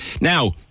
now